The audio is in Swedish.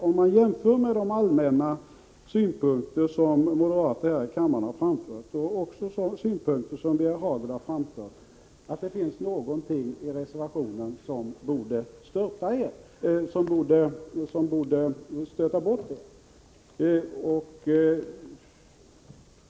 Om jag granskar de allmänna synpunkter som moderater här i kammaren har framfört samt Birger Hagårds synpunkter, kan jag inte finna att det i reservationen finns någonting som kan stöta bort er.